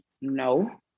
No